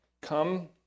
come